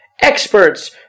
experts